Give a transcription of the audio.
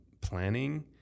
planning